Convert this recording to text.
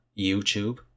YouTube